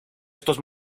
estos